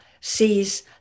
sees